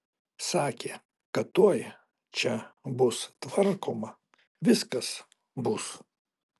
sakė kad tuoj čia bus tvarkoma viskas bus